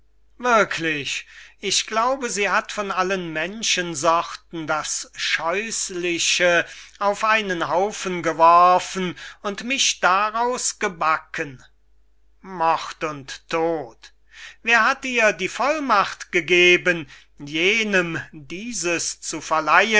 ich glaube sie hat von allen menschensorten das scheußliche auf einen haufen geworfen und mich daraus gebacken mord und tod wer hat ihr die vollmacht gegeben jenem dieses zu verleihen